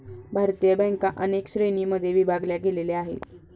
भारतीय बँका अनेक श्रेणींमध्ये विभागल्या गेलेल्या आहेत